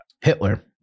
Hitler